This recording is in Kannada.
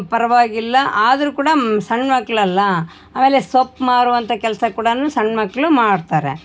ಪರವಾಗಿಲ್ಲ ಆದರು ಕೂಡ ಸಣ್ಣ ಮಕ್ಕಳಲ್ಲ ಆಮೇಲೆ ಸೊಪ್ಪು ಮಾರುವಂಥ ಕೆಲಸ ಕೂಡ ಸಣ್ಣ ಮಕ್ಕಳು ಮಾಡ್ತಾರೆ